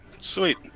Sweet